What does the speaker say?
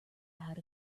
out